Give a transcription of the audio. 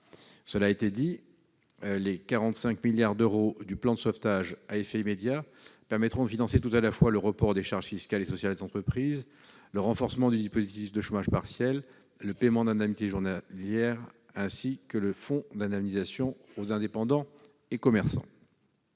Cela a été dit, les 45 milliards d'euros du plan de sauvetage à effet immédiat permettront de financer tout à la fois le report des charges fiscales et sociales des entreprises, le renforcement du dispositif de chômage partiel, le paiement d'indemnités journalières, ainsi que le fonds d'indemnisation pour les indépendants et les commerçants.